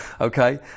Okay